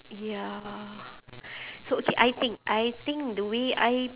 ya so okay I think I think the way I